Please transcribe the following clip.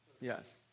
Yes